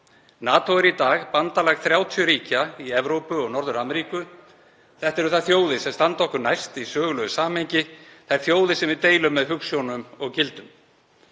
NATO er í dag bandalag 30 ríkja í Evrópu og Norður-Ameríku. Þetta eru þær þjóðir sem standa okkur næst í sögulegu samhengi, þær þjóðir sem við deilum með hugsjónum og gildum.